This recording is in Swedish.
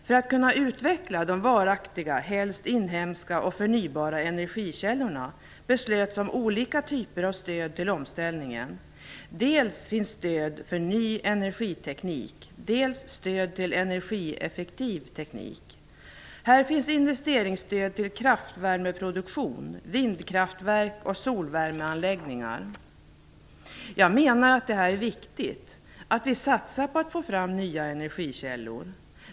För att kunna utveckla de varaktiga, helst inhemska och förnybara energikällorna, beslutades om olika typer av stöd till omställningen, dels finns det stöd för ny energiteknik, dels finns det stöd till energieffektiv teknik. Här finns investeringsstöd till kraftvärmeproduktion, vindkraftverk och solvärmeanläggningar. Jag menar att detta är viktigt, att vi satsar på att få fram nya energikällor.